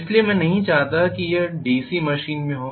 इसलिए मैं नहीं चाहता कि यह डीसी मशीन में हो